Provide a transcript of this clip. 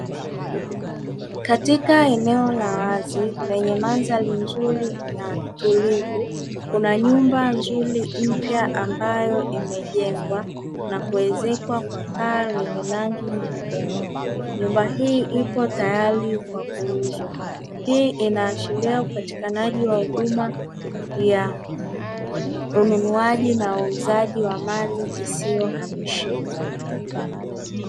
Katika eneo la wazi lenye mandhari nzuri na utulivu, kuna nyumba nzuri mpya ambayo imejengwa na kuezekwa kwa paa lenye rangi nyekundu, nyumba hii ipo tayari kwa kuuzwa. Hii inaashiria upatikanaji wa huduma ya unuunuaji na uuzaji wa mali isiyohamishika.